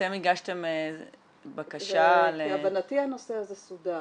-- ואתם הגשתם בקשה ל -- להבנתי הנושא הזה סודר.